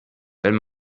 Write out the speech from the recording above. wenn